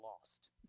lost